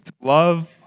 love